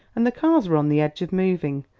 and the cars were on the edge of moving,